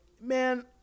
man